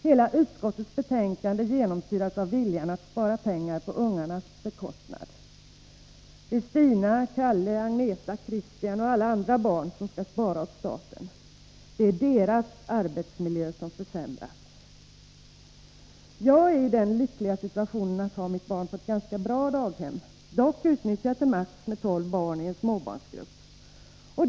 Hela utskottsbetänkandet genomsyras av viljan att spara pengar på ungarnas bekostnad. Det är Stina, Kalle, Agneta, Christian och alla andra barn som skall spara åt staten. Det är deras arbetsmiljö som försämras. Jag är i den lyckliga situationen att jag har mitt barn på ett ganska bra daghem, dock utnyttjat maximalt med 12 barn i en småbarnsgrupp.